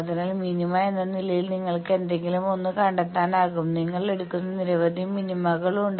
അതിനാൽ മിനിമ എന്ന നിലയിൽ നിങ്ങൾക്ക് ഏതെങ്കിലുമൊന്ന് കണ്ടെത്താനാകും നിങ്ങൾ എടുക്കുന്ന നിരവധി മിനിമകൾ ഉണ്ട്